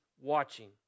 watching